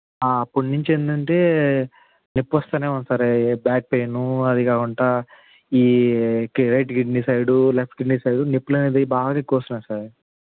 అప్పటి నుంచి ఏంటంటే నొప్పొస్తూనే ఉంది సార్ ఈ బ్యాక్ పెయిను అదీ కాకుండా ఈ కె right kidney side left kidney side నొప్పులనేది బాగా ఎక్కువ వస్తునాయి సార్